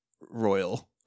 royal